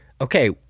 Okay